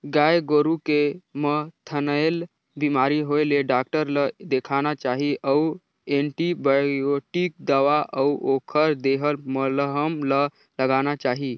गाय गोरु के म थनैल बेमारी होय ले डॉक्टर ल देखाना चाही अउ एंटीबायोटिक दवा अउ ओखर देहल मलहम ल लगाना चाही